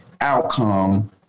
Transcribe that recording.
outcome